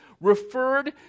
referred